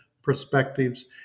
perspectives